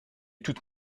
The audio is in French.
toute